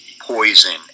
Poison